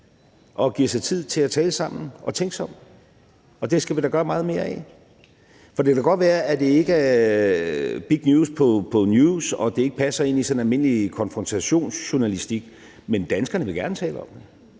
og giver sig tid til at tale sammen og tænke sig om, og det skal vi da gøre meget mere af. For det kan da godt være, at det ikke er big news på TV 2 News og det ikke passer ind i sådan almindelig konfrontationsjournalistik, men danskerne vil gerne tale om det.